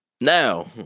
Now